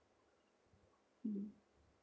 mm